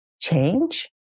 change